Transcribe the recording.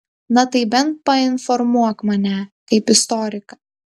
na tai bent painformuok mane kaip istoriką